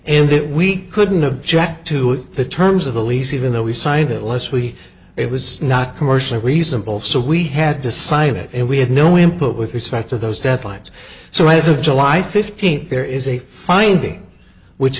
and that we couldn't object to the terms of the lease even though we signed it leslie it was not commercially reasonable so we had to sign it and we had no input with respect to those deadlines so as of july fifteenth there is a finding which